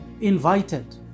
invited